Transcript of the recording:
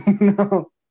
No